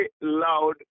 loud